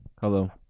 Hello